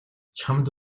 чамд